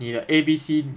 你的 A B C